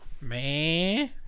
Man